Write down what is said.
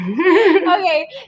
okay